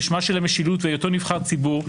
בשמה של המשילות והיותו נבחר הציבור,